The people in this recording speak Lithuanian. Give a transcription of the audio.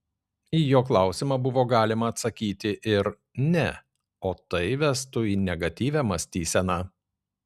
į jo klausimą buvo galima atsakyti ir ne o tai vestų į negatyvią mąstyseną